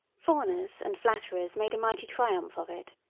fawners and flatterers made a mighty triumph of it,